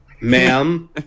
Ma'am